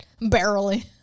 Barely